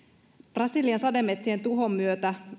brasilian sademetsien tuhon myötä